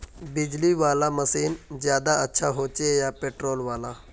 बिजली वाला मशीन ज्यादा अच्छा होचे या पेट्रोल वाला?